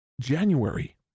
January